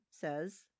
says